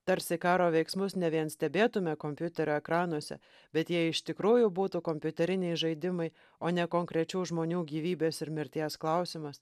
tarsi karo veiksmus ne vien stebėtume kompiuterio ekranuose bet jie iš tikrųjų būtų kompiuteriniai žaidimai o ne konkrečių žmonių gyvybės ir mirties klausimas